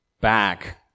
back